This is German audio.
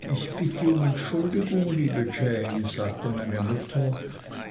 ich bitte um entschuldigung liebe jane sagte meine mutter